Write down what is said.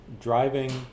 driving